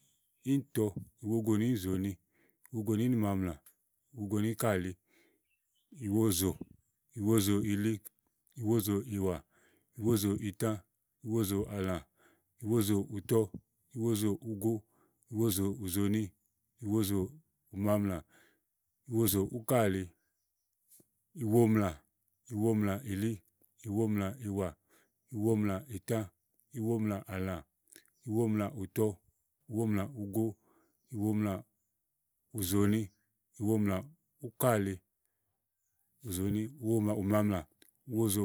íìntɔ, ìwogonì ínigo, ìwogo nì íìnzòòni ìwogo nì ínìmaamlà ìwogo nì úkàli, ìwozò, ìwozòìli, ìwozòìwà, ìwozòìtã, ìwozòàlã, ìwozòùtɔ, ìwozòugo, ùwozòùzòòni, ìwozòùmaamlà, ìwozòúkàli, ìwomlà, ìwomlàìli, ìwomlàìwà, ìwomlàìtã, ìwomlààlã, ìwomlàùtɔ, ìwomlàugo, ìwomlàùzòòni, ìwomlàúkàlí, ùzòònì, íwomlàùmaamlà, ìwozò.